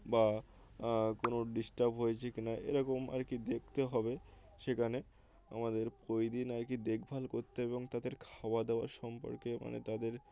বা কোনো ডিস্টার্ব হয়েছে কি না এরকম আর কি দেখতে হবে সেখানে আমাদের ওই দিন আর কি দেখভাল করতে এবং তাদের খাওয়া দাওয়া সম্পর্কে মানে তাদের